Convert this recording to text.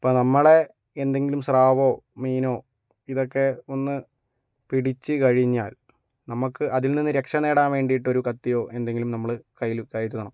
ഇപ്പോൾ നമ്മളെ എന്തെങ്കിലും സ്രവോ മീനോ ഇതൊക്കെ ഒന്ന് പിടിച്ചു കഴിഞ്ഞാൽ നമുക്ക് അതിൽ നിന്ന് രക്ഷ നേടാൻ വേണ്ടിയിട്ട് ഒരു കത്തിയോ എന്തെങ്കിലും നമ്മൾ കയ്യിൽ കരുതണം